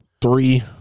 Three